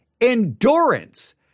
endurance